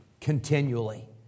continually